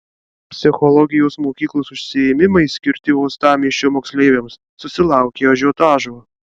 psichologijos mokyklos užsiėmimai skirti uostamiesčio moksleiviams susilaukė ažiotažo